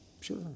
Sure